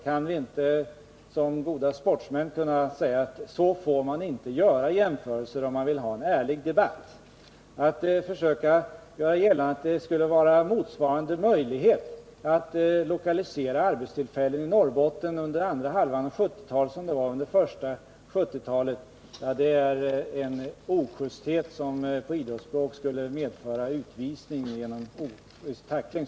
Kan vi inte som goda sportsmän säga att så får man inte göra jämförelser, om man vill ha en ärlig debatt? Att försöka göra gällande att det skulle finnas motsvarande möjlighet att lokalisera arbeten i Norrbotten under andra hälften av 1970-talet som det fanns under första hälften är en ojusthet som i idrottssammanhang skulle medföra utvisning för ojust tackling.